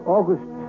August